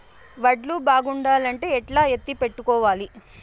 వడ్లు బాగుండాలంటే ఎట్లా ఎత్తిపెట్టుకోవాలి?